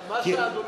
לכן מה שאדוני אמר,